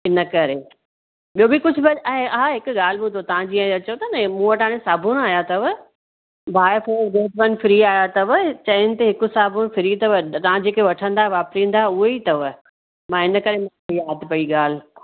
हिनकरे ॿियो बि कुछ बि आहे हिक ॻाल्हि बुधो तां जिअं चयोता न मूं वटि हाणि साबुण आया थव buy four get one free आया थव चइनि ते हिक साबुण फ्री थव तां जेका वठंदा वापिरंदा हुवेही थव मां हिनकरे यादि पई ॻाल्हि